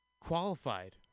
qualified